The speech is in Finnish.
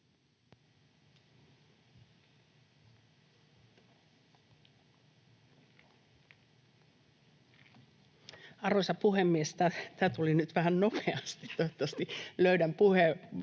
Arvoisa puhemies! Tämä tuli nyt vähän nopeasti, toivottavasti löydän puheenvuoroni.